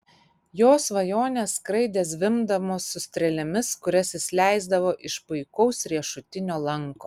jo svajonės skraidė zvimbdamos su strėlėmis kurias jis leisdavo iš puikaus riešutinio lanko